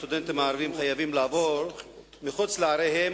הסטודנטים הערבים חייבים לעבור אל מחוץ לעריהם